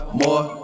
more